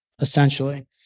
essentially